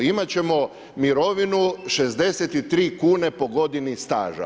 Imati ćemo mirovinu 63 kune po godini staža.